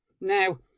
Now